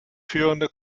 führende